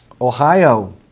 Ohio